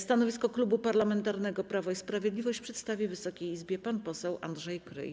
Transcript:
Stanowisko Klubu Parlamentarnego Prawo i Sprawiedliwość przedstawi Wysokiej Izbie pan poseł Andrzej Kryj.